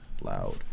loud